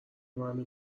منو